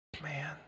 Man